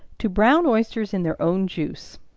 to brown oysters in their own juice.